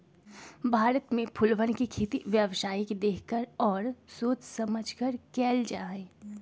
भारत में फूलवन के खेती व्यावसायिक देख कर और सोच समझकर कइल जाहई